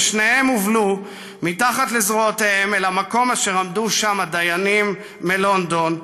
ושניהם הובלו מתחת לזרועותם אל המקום אשר עמדו שם הכן הדיינים מלונדון,